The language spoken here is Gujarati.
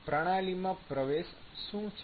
પ્રણાલીમાં પ્રવેશ શું છે